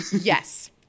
Yes